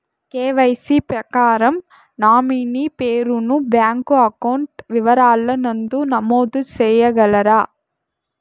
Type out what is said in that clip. KYC ప్రకారం nominee పేరు ను బ్యాంకు అకౌంట్ వివరాల నందు నమోదు సేయగలరా?